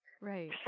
right